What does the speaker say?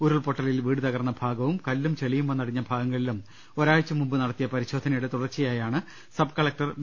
ഉരുൾപൊട്ടലിൽ വീട് തകർന്ന ഭാഗവും കല്ലും ചളിയും വന്നടിഞ്ഞ ഭാഗങ്ങളിലും ഒരാഴ്ച മുമ്പ് നടത്തിയ പരിശോധനയുടെ തുടർച്ചയായാണ് സബ് കലക്ടർ വി